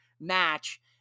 match